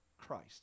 Christ